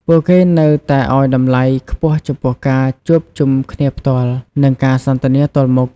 ពួកគេនៅតែឲ្យតម្លៃខ្ពស់ចំពោះការជួបជុំគ្នាផ្ទាល់ និងការសន្ទនាទល់មុខគ្នា។